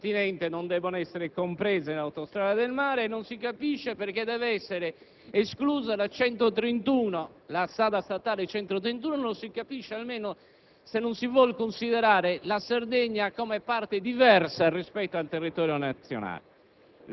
Si tratta chiaramente di una presa in giro e, in ogni caso, di una palese ingiustizia nei confronti del sistema produttivo sardo e dei trasportatori, della Sardegna e del continente, che non possono usufruire del *bonus*